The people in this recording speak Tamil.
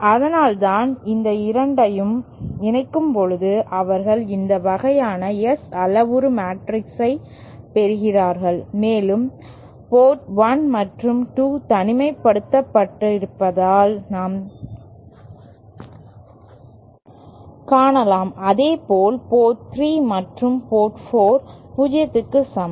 அதனால்தான் இந்த இரண்டையும் இணைக்கும்போது அவர்கள் இந்த வகையான S அளவுரு மேட்ரிக்ஸைப் பெறுகிறார்கள் மேலும் போர்ட் 1 மற்றும் 2 தனிமைப்படுத்தப்பட்டிருப்பதை நாம் காணலாம் அதேபோல் போர்ட் 3 மற்றும் போர்ட் 4 0 க்கு சமம்